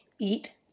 Eat